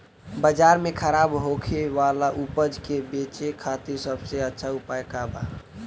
बाजार में खराब होखे वाला उपज के बेचे खातिर सबसे अच्छा उपाय का बा?